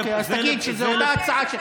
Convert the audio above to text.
אוקיי, אז תגיד שזו אותה הצעה.